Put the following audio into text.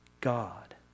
God